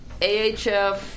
AHF